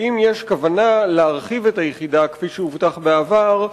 האם יש כוונה להרחיב את היחידה, כפי שהובטח בעבר,